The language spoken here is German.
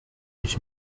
ich